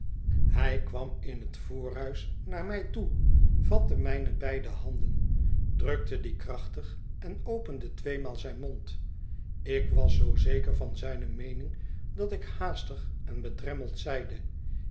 hij kwam in het voorhuis naar mij toe vatte mijne beide handen drukte die krachtig en opende tweemaal zijn mond ik was zoo zeker van zijne meening dat ik haastig en bedremmeld zeide